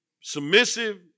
submissive